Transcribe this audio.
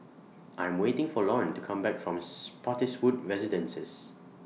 I Am waiting For Lorne to Come Back from Spottiswoode Residences